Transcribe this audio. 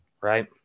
right